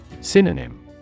Synonym